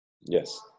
Yes